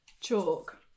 chalk